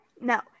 no